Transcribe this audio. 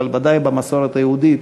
אבל ודאי במסורת היהודית,